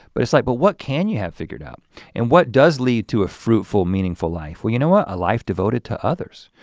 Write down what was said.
but it's like well what can you have figured out and what does lead to a fruitful meaningful life? well you know what a life devoted to others.